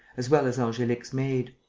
as well as angelique's maid.